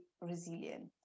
resilient